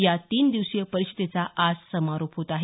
या तीन दिवसीय परिषदेचा आज समारोप होत आहे